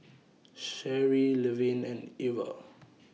Sharee Levin and Irva